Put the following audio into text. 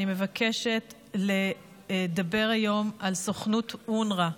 אני מבקשת לדבר היום על סוכנות אונר"א,